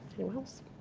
anyone else?